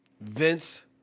Vince